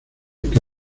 que